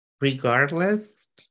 Regardless